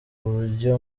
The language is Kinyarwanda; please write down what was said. buryo